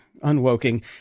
Unwoking